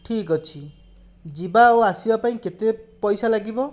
ଠିକ୍ ଅଛି ଯିବା ଆଉ ଆସିବା ପାଇଁ କେତେ ପଇସା ଲାଗିବ